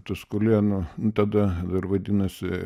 tuskulėnų tada dar vadinosi